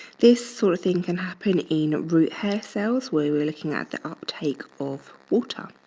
this sort of thing can happen in root hair cells where we're looking at the uptake of water.